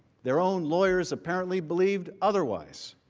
their own lawyers apparently believed otherwise.